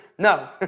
No